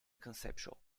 conceptual